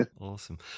awesome